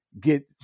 get